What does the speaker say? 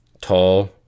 Tall